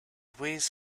weighs